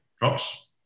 drops